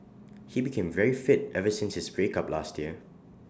he became very fit ever since his breakup last year